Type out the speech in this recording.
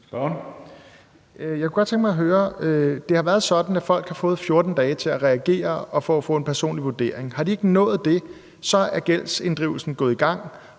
Pelle Dragsted (EL): Det har været sådan, at folk har fået 14 dage til at reagere og til at få en personlig vurdering. Har de ikke nået det, er gældsinddrivelsen gået i gang,